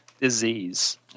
disease